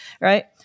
right